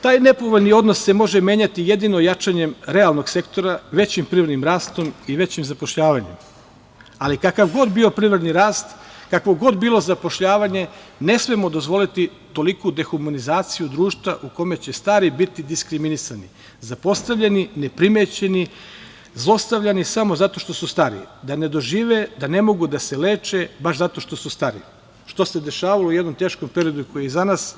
Taj nepovoljni odnos može se menjati jedino jačanjem realnog sektora većim privrednim rastom i većim zapošljavanjem, ali kakav god bio privredni rast, kakvo god bilo zapošljavanje ne smemo dozvoliti toliku dehumanizaciju društva u kome će stari biti diskriminisani, zapostavljeni, neprimećeni, zlostavljani samo zato što su stari, da ne dožive da ne mogu da se leče baš zato što su stari, što se dešavalo u jednom teškom periodu koji je iza nas.